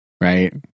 right